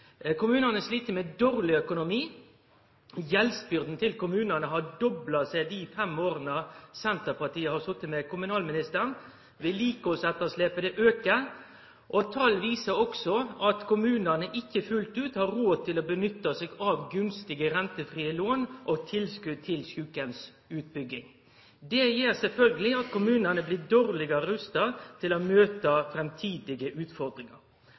Kommunane slit med dårleg økonomi. Gjeldsbyrda til kommunane har dobla seg dei fem åra Senterpartiet har sete med kommunalministeren. Vedlikehaldsetterslepet har auka, og tal viser også at kommunane ikkje fullt ut har råd til å nytte seg av gunstige rentefrie lån og tilskot til sjukeheimsutbygging. Det gjer sjølvsagt at kommunane blir dårlegare rusta til å møte framtidige utfordringar.